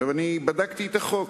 אני בדקתי את החוק,